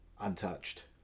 untouched